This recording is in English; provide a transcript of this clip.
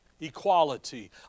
equality